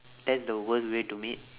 that's the worst way to meet